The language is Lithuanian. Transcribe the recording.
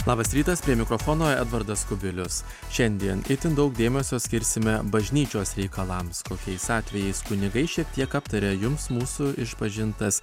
labas rytas prie mikrofono edvardas kubilius šiandien itin daug dėmesio skirsime bažnyčios reikalams kokiais atvejais kunigai šiek tiek aptaria jums mūsų išpažintas